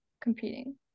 competing